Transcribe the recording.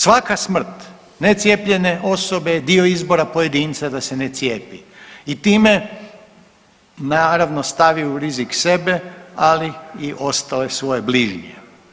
Svaka smrt necijepljene osobe je dio izbora pojedinca da se ne cijepi i time naravno stavi u rizik sebe, ali i ostale svoje bližnje.